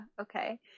okay